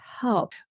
help